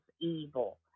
evil